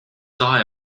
eye